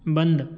बंद